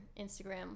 instagram